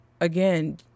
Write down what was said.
again